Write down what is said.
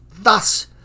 Thus